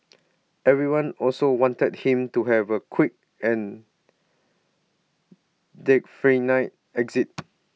everyone also wanted him to have A quick and exit